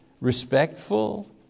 respectful